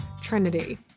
trinity